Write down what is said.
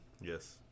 Yes